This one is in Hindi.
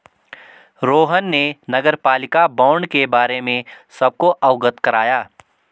रोहन ने नगरपालिका बॉण्ड के बारे में सबको अवगत कराया